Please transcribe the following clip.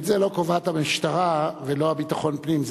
את זה לא קובעת המשטרה ולא קובע המשרד לביטחון פנים,